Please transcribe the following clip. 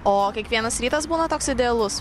o kiekvienas rytas būna toks idealus